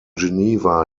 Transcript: geneva